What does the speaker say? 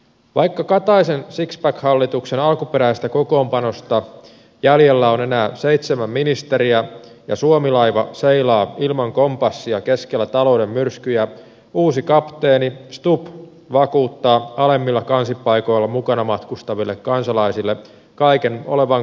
vaikka kataisen sixpack hallituksen alkuperäisestä kokoonpanosta jäljellä on enää seitsemän ministeriä ja suomi laiva seilaa ilman kompassia keskellä talouden myrskyjä uusi kapteeni stubb vakuuttaa alemmilla kansipaikoilla mukana matkustaville kansalaisille kaiken olevan kunnossa